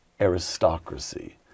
aristocracy